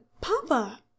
Papa